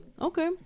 Okay